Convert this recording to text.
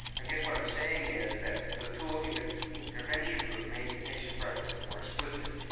i guess what i'm saying is that the tool in the intervention group made patient preferences more explicit,